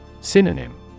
Synonym